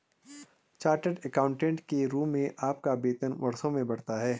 chartered accountant के रूप में आपका वेतन वर्षों में बढ़ता है